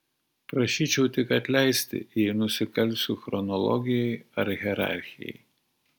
prašyčiau tik atleisti jei nusikalsiu chronologijai ar hierarchijai